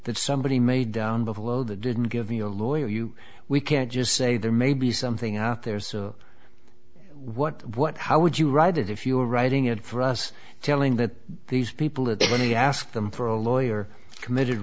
that somebody made down below the didn't give me a lawyer you we can't just say there may be something out there so what what how would you write it if you were writing it for us telling that these people that they let me ask them for a lawyer committed